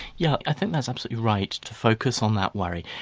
yeah i think that's absolutely right to focus on that worry.